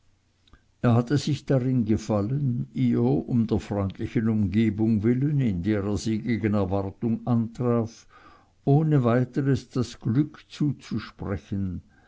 er hatte sich darin gefallen ihr um der freundlichen umgebung willen in der er sie gegen erwarten antraf ohne weiteres das glück zuzusprechen